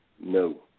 no